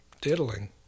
diddling